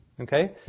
Okay